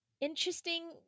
interesting